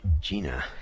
Gina